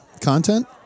content